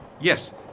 Yes